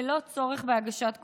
ללא צורך בהגשת קובלנה.